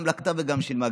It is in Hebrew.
גם לקתה וגם שילמה,